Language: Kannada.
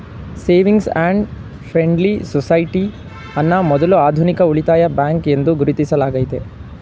ಸೇವಿಂಗ್ಸ್ ಅಂಡ್ ಫ್ರೆಂಡ್ಲಿ ಸೊಸೈಟಿ ಅನ್ನ ಮೊದ್ಲ ಆಧುನಿಕ ಉಳಿತಾಯ ಬ್ಯಾಂಕ್ ಎಂದು ಗುರುತಿಸಲಾಗೈತೆ